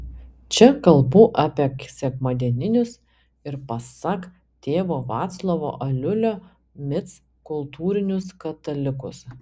čia kalbu apie sekmadieninius ir pasak tėvo vaclovo aliulio mic kultūrinius katalikus